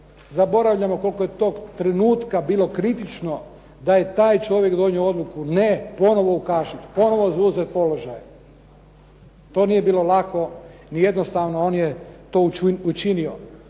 zaboravljamo koliko je tog trenutka bilo kritično da je taj čovjek donio odluku. Ne, ponovo u kaši, ponovo zauzet položaj. To nije bilo lako i jednostavno on je to učinio.